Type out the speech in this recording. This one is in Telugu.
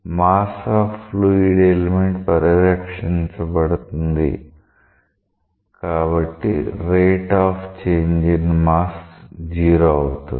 మాస్ ఆఫ్ ఫ్లూయిడ్ ఎలిమెంట్ పరిరక్షించబడుతుంది కాబట్టి rate of change in mass 0 అవుతుంది